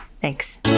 Thanks